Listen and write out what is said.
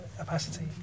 opacity